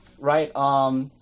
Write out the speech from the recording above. right